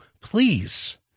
please